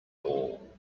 all